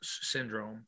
syndrome